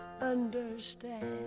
understand